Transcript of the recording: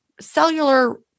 cellular